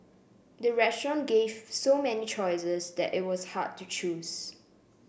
the restaurant gave so many choices that it was hard to choose